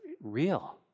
real